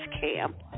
camp